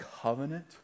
covenant